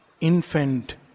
infant